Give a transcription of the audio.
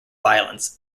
violence